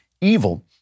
evil